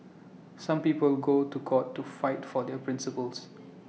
some people go to court to fight for their principles